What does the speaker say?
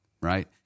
right